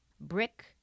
Brick